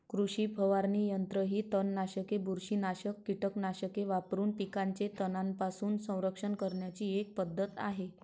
कृषी फवारणी यंत्र ही तणनाशके, बुरशीनाशक कीटकनाशके वापरून पिकांचे तणांपासून संरक्षण करण्याची एक पद्धत आहे